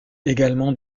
également